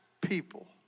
people